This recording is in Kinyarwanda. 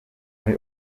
muri